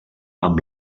amb